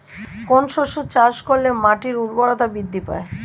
কোন শস্য চাষ করলে মাটির উর্বরতা বৃদ্ধি পায়?